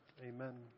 Amen